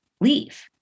leave